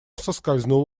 соскользнул